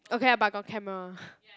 okay lah but got camera